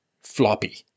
floppy